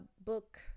book